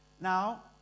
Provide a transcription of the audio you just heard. Now